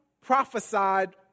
prophesied